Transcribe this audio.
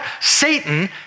Satan